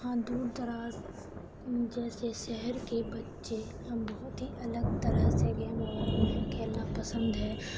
ہاں دور دراز جیسے شہر کے بچے بہت ہی الگ طرح سے گیم وغیرہ انہیں کھیلنا پسند ہے